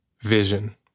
vision